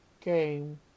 game